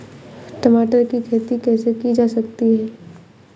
टमाटर की खेती कैसे की जा सकती है?